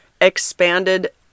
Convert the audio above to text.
expanded